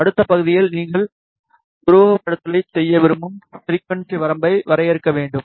அடுத்த பகுதியில் நீங்கள் உருவகப்படுத்துதலைச் செய்ய விரும்பும் ஃபிரிக்குவன்ஸி வரம்பை வரையறுக்க வேண்டும்